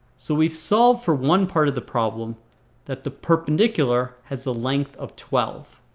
so we've solved for one part of the problem that the perpendicular has the length of twelve